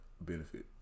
benefit